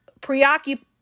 preoccupy